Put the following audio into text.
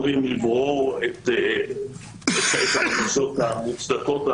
לברור את הבקשות המוצדקות.